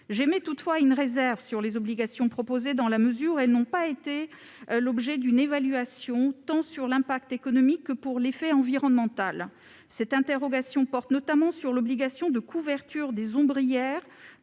J'émets toutefois une réserve sur les obligations proposées, dans la mesure où celles-ci n'ont pas fait l'objet d'une évaluation, tant de leur impact économique que de leur impact environnemental. Mon interrogation porte notamment sur l'obligation de couvrir la totalité